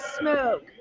smoke